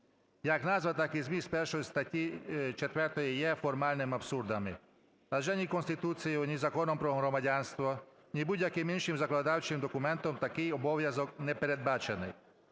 Як назва, так і зміст 1-ї статті, 4-ї, є формальними абсурдами, адже ні Конституцією, ні Законом про громадянство, ні будь-яким іншим законодавчим документом такий обов'язок не передбачений.